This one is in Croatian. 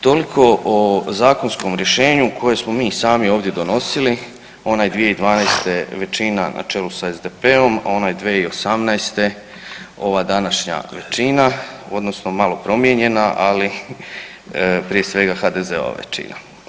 Toliko o zakonskom rješenju koje smo mi sami ovdje donosili, onaj 2012. većina na čelu s SDP-om, a onaj 2018. ova današnja većina odnosno malo promijenjena, ali prije svega HDZ-ova većina.